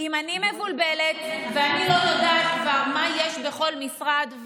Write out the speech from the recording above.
אם אני מבולבלת ואני לא יודעת כבר מה יש בכל משרד,